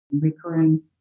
recurring